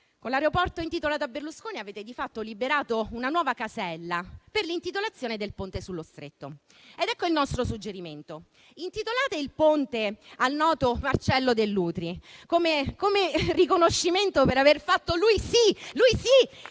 Con l'aeroporto intitolato a Berlusconi avete di fatto liberato una nuova casella per l'intitolazione del Ponte sullo Stretto. Ed ecco il nostro suggerimento: intitolare il Ponte al noto Marcello Dell'Utri, come riconoscimento per aver fatto - lui sì